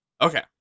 Okay